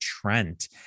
trent